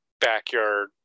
backyard